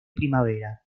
primavera